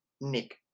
Nick